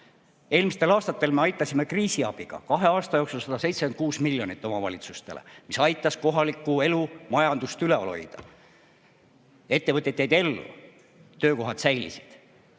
Eelmistel aastatel me aitasime kriisiabiga, kahe aasta jooksul 176 miljonit omavalitsustele, mis aitas kohalikku elu ja majandust üleval hoida. Ettevõtted jäid ellu, töökohad säilisid.